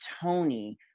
Tony